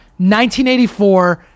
1984